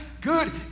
good